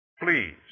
Please